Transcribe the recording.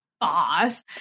boss